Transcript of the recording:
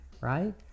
right